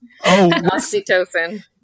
oxytocin